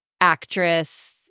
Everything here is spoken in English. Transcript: actress